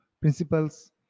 principles